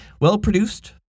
well-produced